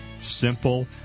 simple